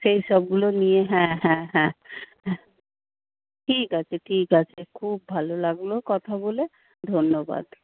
সেই সবগুলো নিয়ে হ্যাঁ হ্যাঁ হ্যাঁ ঠিক আছে ঠিক আছে খুব ভালো লাগলো কথা বলে ধন্যবাদ